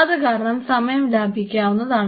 അത് കാരണം സമയം ലഭിക്കാവുന്നതാണ്